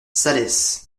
salles